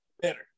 better